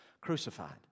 crucified